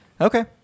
Okay